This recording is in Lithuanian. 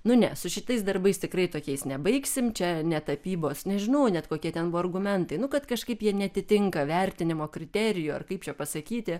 nu ne su šitais darbais tikrai tokiais nebaigsime čia ne tapybos nežinau net kokie ten buvo argumentai nu kad kažkaip jie neatitinka vertinimo kriterijų ar kaip čia pasakyti